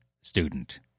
student